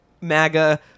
MAGA